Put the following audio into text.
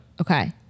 Okay